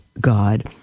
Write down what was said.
God